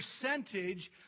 percentage